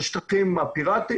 בשטחים הפתוחים